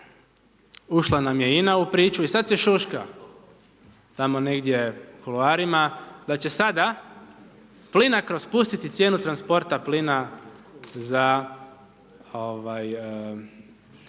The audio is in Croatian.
ušla nam je INA u priču i sad se šuška tamo negdje u kuloarima da će sada Plinacro spustiti cijenu transporta plina